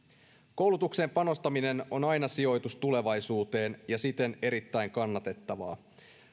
koulutukseen panostaminen on aina sijoitus tulevaisuuteen ja siten erittäin kannatettavaa